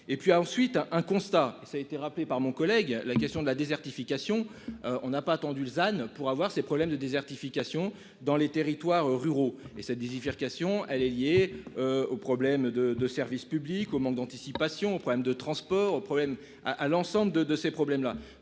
et puis ensuite à un constat, ça a été rappelé par mon collègue. La question de la désertification. On n'a pas attendu l'âne pour avoir ses problèmes de désertification dans les territoires ruraux et ça diffère question elle est liée. Au problème de de service public, au manque d'anticipation aux problèmes de transport. Problème à à l'ensemble de, de ces problèmes-là,